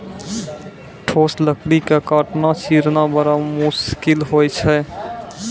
ठोस लकड़ी क काटना, चीरना बड़ा मुसकिल होय छै